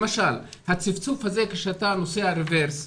למשל הצפצוף הזה כשאתה נוסע רוורס,